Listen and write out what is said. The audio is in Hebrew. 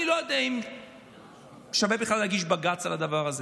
אני לא יודע אם שווה בכלל להגיש בג"ץ על הדבר הזה.